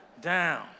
down